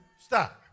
Stop